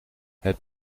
het